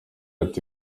ati